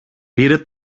πήρε